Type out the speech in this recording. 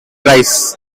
rise